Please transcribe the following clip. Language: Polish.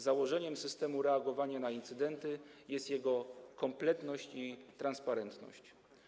Założeniem systemu reagowania na incydenty jest jego kompletność i transparentność.